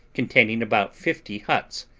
containing about fifty huts,